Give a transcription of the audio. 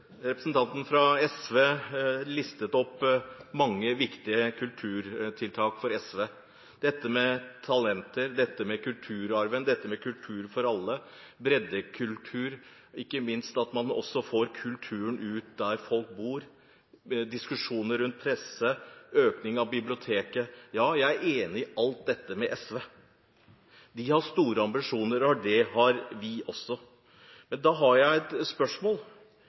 Representanten fra SV listet opp mange viktige kulturtiltak for SV, dette med talenter, kulturarven, kultur for alle, breddekultur, ikke minst at man også får kulturen ut der folk bor, diskusjoner rundt presse, økning på biblioteker – ja, jeg er enig med SV i alt dette. De har store ambisjoner, og det har vi også. Da har jeg et spørsmål: